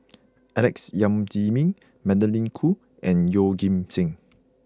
Alex Yam Ziming Magdalene Khoo and Yeoh Ghim Seng